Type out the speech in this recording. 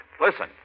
Listen